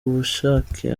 bushake